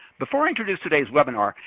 before i introduce today's webinar,